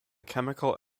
chemical